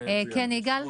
כן יגאל?